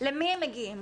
למי הם מגיעים,